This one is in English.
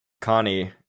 connie